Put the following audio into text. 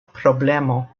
problemo